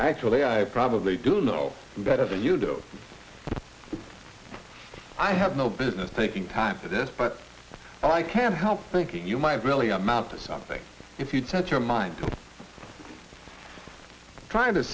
actually i probably do no better than you though i have no business thinking time for this but i can't help thinking you might really amount to something if you touch your mind trying to